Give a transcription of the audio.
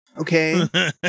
Okay